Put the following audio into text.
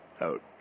out